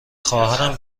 خواهرم